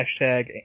hashtag